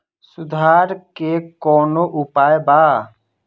सुधार के कौनोउपाय वा?